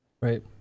right